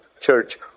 church